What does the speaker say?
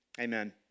Amen